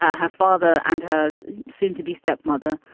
ah her father and hers soon to be stepmother,